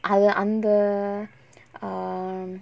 அது அந்த:athu antha um